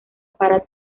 para